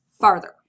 farther